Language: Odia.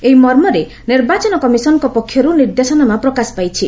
ଏହି ମର୍ମରେ ନିର୍ବାଚନ କମିଶନଙ୍କ ପକ୍ଷରୁ ନିର୍ଦ୍ଦେଶନାମା ପ୍ରକାଶ ପାଇଛି